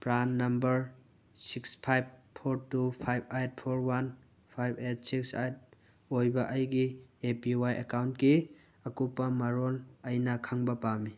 PRAN number six five four two five eight four one five eight six eight ꯑꯣꯏꯕ ꯑꯩꯒꯤ A P Y ꯑꯦꯀꯥꯎꯟꯀꯤ ꯑꯀꯨꯞꯄ ꯃꯔꯣꯜ ꯑꯩꯅ ꯈꯪꯕ ꯄꯥꯝꯃꯤ